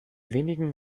wenigen